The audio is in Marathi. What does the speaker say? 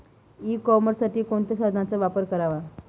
ई कॉमर्ससाठी कोणत्या साधनांचा वापर करावा?